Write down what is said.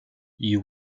you